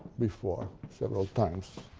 before several times